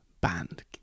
band